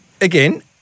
again